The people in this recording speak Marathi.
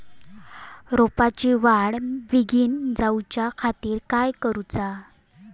रोपाची वाढ बिगीन जाऊच्या खातीर काय करुचा?